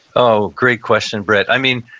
oh great question, brett. i mean,